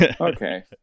Okay